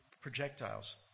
projectiles